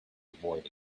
avoid